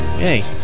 Hey